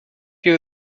you